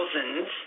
thousands